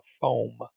foam